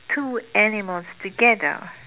two animals together